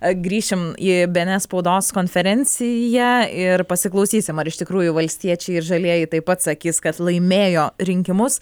grįšim į bėenes spaudos konferenciją ir pasiklausysime ar iš tikrųjų valstiečiai ir žalieji taip pat sakys kad laimėjo rinkimus